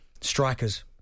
strikers